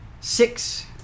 Six